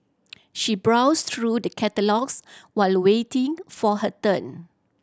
she browsed through the catalogues while waiting for her turn